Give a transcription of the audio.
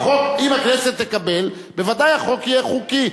החוק, אם הכנסת תקבל, בוודאי החוק יהיה חוקי.